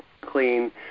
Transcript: clean